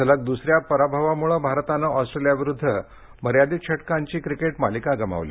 सलग दुसऱ्या पराभवामुळे भारतानं ऑस्ट्रेलिया विरुद्ध मर्यादित षटकांची क्रिकेट मालिका गमावली